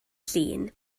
llun